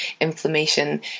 inflammation